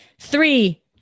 Three